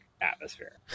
atmosphere